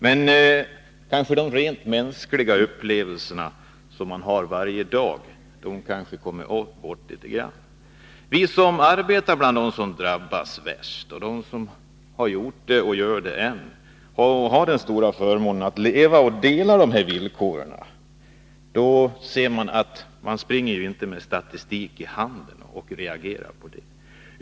Men kanske har de mänskliga upplevelser som man har varje dag kommit bort litet grand. Vi som arbetar eller har arbetat bland dem som drabbas värst — vi som har den stora förmånen att leva bland dem och dela deras villkor — ser att man inte springer med statistik i handen och reagerar på det.